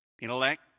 Intellect